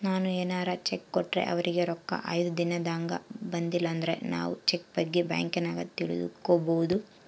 ನಾವು ಏನಾರ ಚೆಕ್ ಕೊಟ್ರೆ ಅವರಿಗೆ ರೊಕ್ಕ ಐದು ದಿನದಾಗ ಬಂದಿಲಂದ್ರ ನಾವು ಚೆಕ್ ಬಗ್ಗೆ ಬ್ಯಾಂಕಿನಾಗ ತಿಳಿದುಕೊಬೊದು